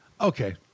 Okay